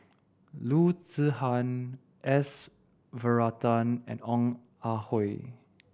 Loo Zihan S Varathan and Ong Ah Hoi